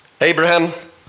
Abraham